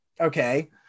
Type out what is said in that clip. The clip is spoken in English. okay